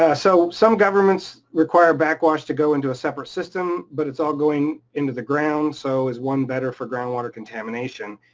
ah so some governments require backwash to go into a separate system, but it's all going into the ground, so is one better for groundwater contamination?